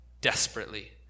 desperately